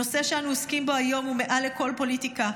הנושא שאנו עוסקים בו היום הוא מעל לכל פוליטיקה,